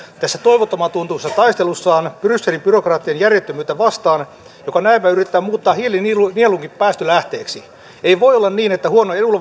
tässä toivottoman tuntuisessa taistelussa brysselin byrokraattien järjettömyyttä vastaan jotka näemmä yrittävät muuttaa hiilinielunkin päästölähteeksi ei voi olla niin että huonon